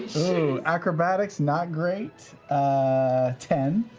ooh, acrobatics, not great. ah ten.